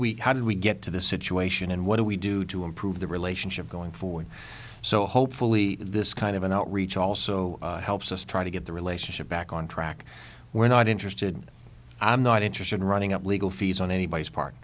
we how do we get to this situation and what do we do to improve the relationship going forward so hopefully this kind of an outreach also helps us try to get the relationship back on track we're not interested i'm not interested in running up legal fees on anybody's part